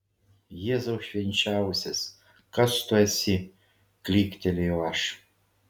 jėzau švenčiausias kas tu esi klyktelėjau aš